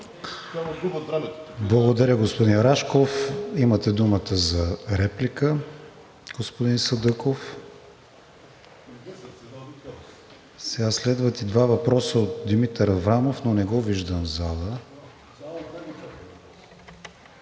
Благодаря, господин Рашков. Имате думата за реплика, господин Садъков. Следват два въпроса от Димитър Аврамов, но не го виждам в залата.